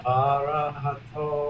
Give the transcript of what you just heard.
arahato